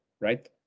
right